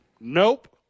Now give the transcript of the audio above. Nope